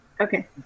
Okay